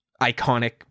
iconic